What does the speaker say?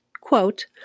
quote